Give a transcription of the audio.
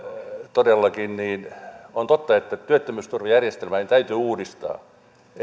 todellakin on totta että työttömyysturvajärjestelmää täytyy uudistaa